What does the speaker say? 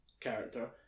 character